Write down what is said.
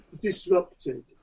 disrupted